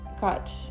got